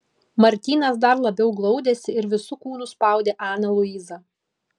martynas dar labiau glaudėsi ir visu kūnu spaudė aną luizą